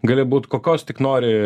gali būt kokios tik nori